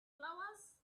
flowers